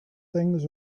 things